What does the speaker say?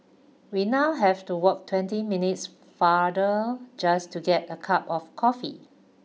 we now have to walk twenty minutes farther just to get a cup of coffee